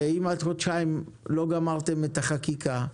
אם עוד חודשיים לא תגמרו את החקיקה,